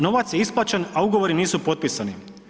Novac je isplaćen, a ugovori nisu potpisani.